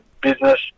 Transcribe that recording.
business